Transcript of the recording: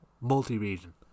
multi-region